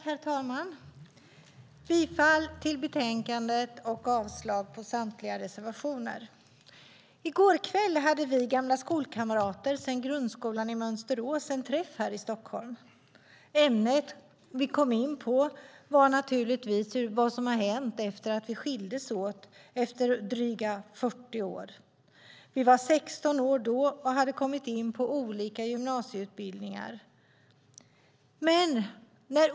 Herr talman! Jag yrkar bifall till förslaget i betänkandet och avslag på samtliga reservationer. I går kväll hade vi, gamla skolkamrater sedan grundskolan i Mönsterås, en träff här i Stockholm. Ämnet vi kom in på var naturligtvis vad som hade hänt sedan vi skildes åt för drygt 40 år sedan. Vi var 16 år då och hade kommit in på olika gymnasieutbildningar.